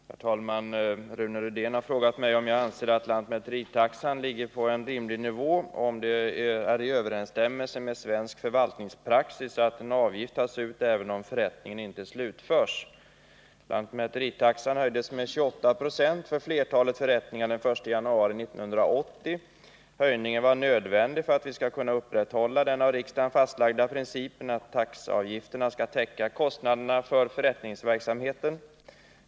Herr talman! Rune Rydén har frågat mig om jag anser att lantmäteritaxan ligger på en rimlig nivå och om det är i överensstämmelse med svensk förvaltningspraxis att avgift tas ut även om förrättning inte slutförs. Lantmäteritaxan höjdes med 28 2 för flertalet förrättningar den 1 januari 1980. Höjningen var nödvändig för att vi skall kunna upprätthålla den av riksdagen fastlagda principen att taxeavgifterna skall täcka kostnaderna för förrättningsverksamheten.